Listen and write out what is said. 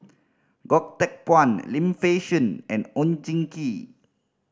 Goh Teck Phuan Lim Fei Shen and Oon Jin Gee